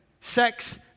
Sex